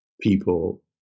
people